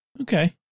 Okay